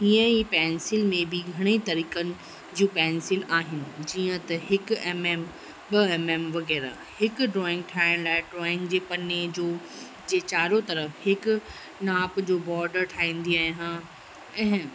हीअं ई पैंसिल में बि घणई तरीक़नि जूं पैंसिल आहिनि जीअं त हिकु एम एम ॿ एम एम वग़ैरह हिकु ड्रॉईंग ठाहिण लाइ ड्रॉईंग जे पने जो जे चारों तरफ़ु हिकु नाप जो बॉडर ठाहींदी अहियां ऐं